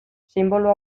sinbolo